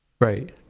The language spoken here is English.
Right